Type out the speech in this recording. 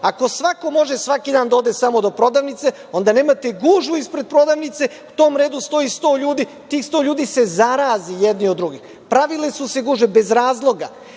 Ako svako može svaki dan da ode samo do prodavnice, onda nemate gužvu ispred prodavnice. U tom redu stoji sto ljudi, tih sto ljudi se zaraze jedni od drugih. Pravile su se gužve bez razloga. Dakle,